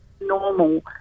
normal